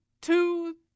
two